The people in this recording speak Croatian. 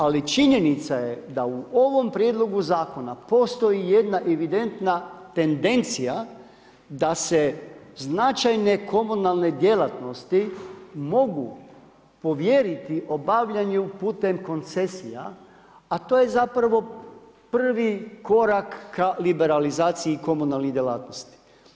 Ali činjenica je da u ovom prijedlogu zakona postoji jedna evidentna tendencija da se značajne komunalne djelatnosti mogu povjeriti obavljanju putem koncesija to je zapravo prvi korak ka liberalizaciji komunalnih djelatnosti.